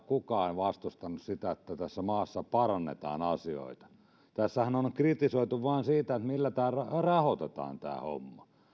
kukaan vastustanut sitä että tässä maassa parannetaan asioita tässähän on kritisoitu vain sitä millä tämä homma rahoitetaan tämä on